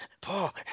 Paul